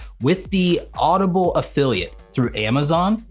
with the audible affiliate through amazon,